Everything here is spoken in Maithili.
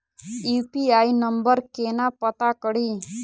यु.पी.आई नंबर केना पत्ता कड़ी?